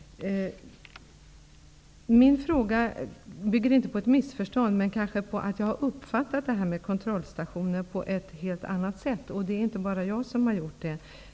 Min fråga bygger inte på ett missförstånd, utan på att jag hade uppfattat detta med kontrollstationer på ett helt annat sätt. Det är inte bara jag som har gjort det.